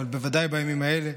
אבל בוודאי בימים האלה.